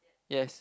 yes